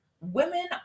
women